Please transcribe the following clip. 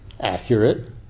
Accurate